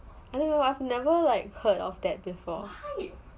I don't know I've never like heard of that before